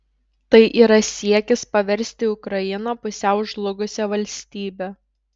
tai yra siekis paversti ukrainą pusiau žlugusia valstybe